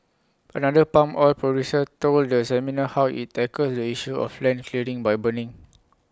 another palm oil producer told the seminar how IT tackles the issue of land clearing by burning